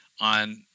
on